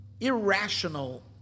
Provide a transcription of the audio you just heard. irrational